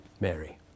Mary